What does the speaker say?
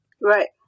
Right